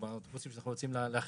אוטובוסים שצריך להכשיר,